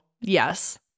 yes